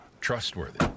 trustworthy